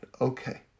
Okay